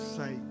say